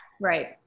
Right